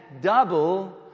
double